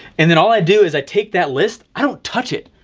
and then all i do is i take that list, i don't touch it.